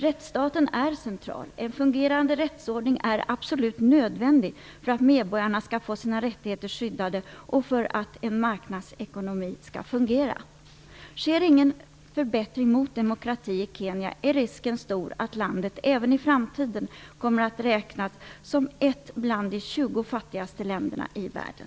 Rättsstaten är central. En fungerande rättsordning är absolut nödvändig för att medborgarna skall få sina rättigheter skyddade och för att en marknadsekonomi skall fungera. Sker ingen förbättring mot demokrati i Kenya är risken stor att landet även i framtiden kommer att räknas som ett bland de 20 fattigaste länderna i världen.